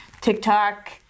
TikTok